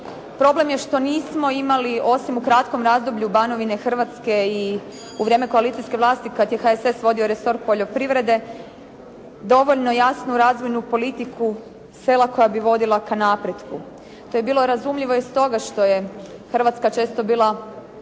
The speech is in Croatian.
problem je što nismo imali osim u kratkom razdoblju Banovine Hrvatske i u vrijeme koalicijske vlasti kad je HSS vodio resor poljoprivrede dovoljno jasnu razvojnu politiku sela koja bi vodila ka napretku. To je bilo razumljivo i stoga što je Hrvatska često bila